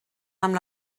amb